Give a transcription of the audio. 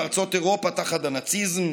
בארצות אירופה תחת הנאציזם,